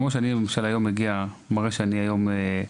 כמו למשל היום כשאני מגיע,